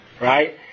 Right